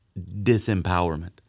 disempowerment